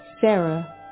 Sarah